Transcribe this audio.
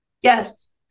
Yes